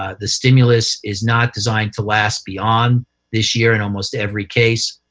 ah the stimulus is not designed to last beyond this year in almost every case.